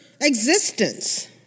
existence